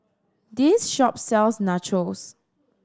this shop sells Nachos